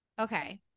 Okay